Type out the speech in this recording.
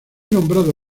nombrado